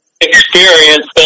experience